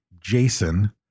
Jason